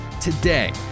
Today